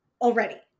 already